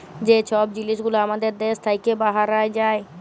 যে ছব জিলিস গুলা আমাদের দ্যাশ থ্যাইকে বাহরাঁয় যায়